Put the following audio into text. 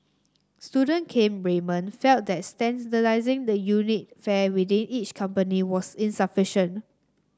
student Kane Raymond felt that standardising the unit fare within each company was insufficient